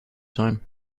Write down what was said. time